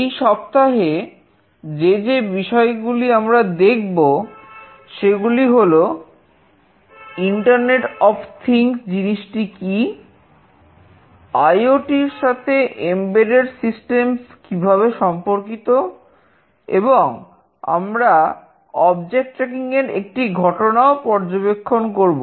এই সপ্তাহে যে যে বিষয়গুলি আমরা দেখব সেগুলি হল ইন্টারনেট অফ থিংস এর একটি ঘটনা পর্যবেক্ষণ করব